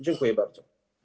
Dziękuję bardzo.